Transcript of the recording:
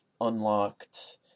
unlocked